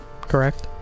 correct